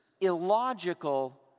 illogical